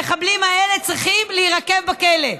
המחבלים האלה צריכים להירקב בכלא,